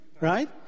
right